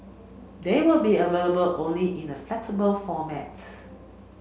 they will be available only in a flexible formats